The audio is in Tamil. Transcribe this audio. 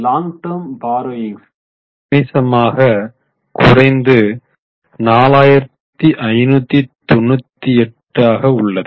லாங் டேர்ம் பார்ரோவிங்ஸ் கணிசமானக குறைந்து 4598 ஆக உள்ளது